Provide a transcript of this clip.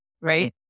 right